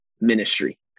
ministry